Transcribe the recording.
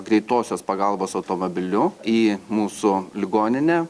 greitosios pagalbos automobiliu į mūsų ligoninę